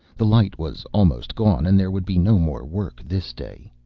the light was almost gone and there would be no more work this day.